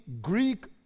Greek